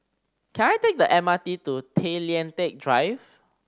can I take the M R T to Tay Lian Teck Drive